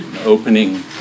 opening